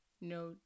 no